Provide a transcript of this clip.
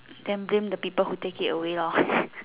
then blame the people who take it away loh